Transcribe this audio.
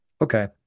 okay